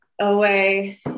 away